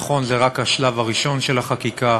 נכון, זה רק השלב הראשון של החקיקה,